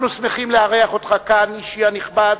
אנחנו שמחים לארח אותך כאן, אישי הנכבד,